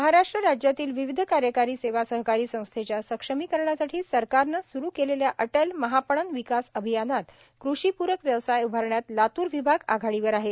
महाराष्ट्र राज्यातील विविध कार्यकारी सेवा सहकारी संस्थेच्या सक्षमीकरणासाठी सरकारनं स्रू केलेल्या अटल महापणन विकास अभियानात कृषी पूरक व्यवसाय उभारण्यात लातूर विभाग आघाडीवर आहे